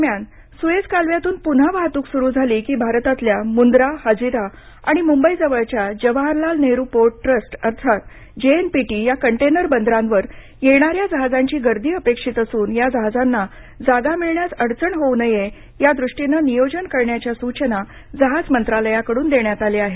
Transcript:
दरम्यान सुएझ कालव्यातून पुन्हा वाहतूक सुरु झाली की भारतातल्या मुंद्रा हाजिरा आणि मुंबईजवळच्या जवाहरलाल नेहरू पोर्ट ट्रस्ट अर्थात जेएनपीटी या कंटेनर बंदरांवर येणाऱ्या जहाजांची गर्दी अपेक्षित असून ह्या जहाजांना जागा मिळण्यास अडचण होऊ नये या दृष्टीनं नियोजन करण्याच्या सूचना जहाज मंत्रालयाकडून देण्यात आल्या आहेत